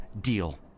Deal